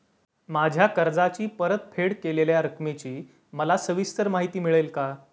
माझ्या कर्जाची परतफेड केलेल्या रकमेची मला सविस्तर माहिती मिळेल का?